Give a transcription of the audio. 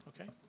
Okay